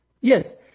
Yes